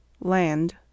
Land